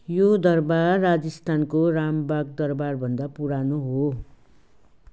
यो दरबार राजस्थानको रामबाग दरबारभन्दा पुरानो हो